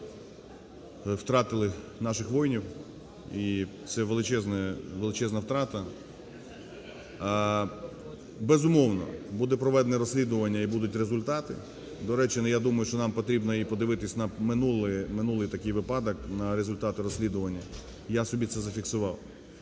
втратили наших воїнів, і це величезна втрата. Безумовно, буде проведено розслідування і будуть результати. До речі, ну, я думаю, що нам потрібно і подивитися і на минулий такий випадок на результати розслідування, і я собі це зафіксував.